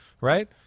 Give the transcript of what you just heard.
right